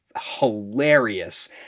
hilarious